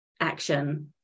action